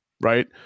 right